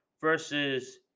versus